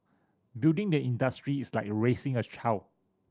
building the industry is like raising a child